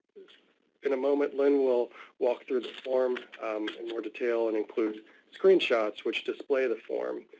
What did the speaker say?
in a moment, lynn will walk through the form in more detail and include screen shots which display the form.